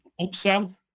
upsell